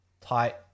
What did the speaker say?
tight